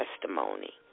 testimony